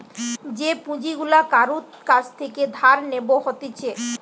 যে পুঁজি গুলা কারুর কাছ থেকে ধার নেব হতিছে